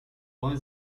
woń